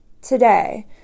today